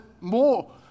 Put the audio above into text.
more